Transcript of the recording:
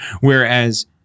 Whereas